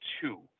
two